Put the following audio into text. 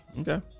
Okay